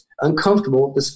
uncomfortable